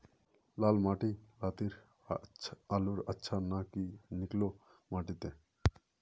लाल माटी लात्तिर आलूर अच्छा ना की निकलो माटी त?